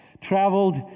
Traveled